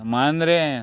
Mandrem